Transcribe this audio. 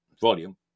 volume